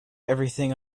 everything